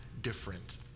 different